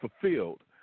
fulfilled